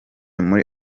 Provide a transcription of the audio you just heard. muri